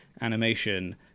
animation